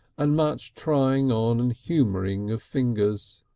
and much trying on and humouring of fingers.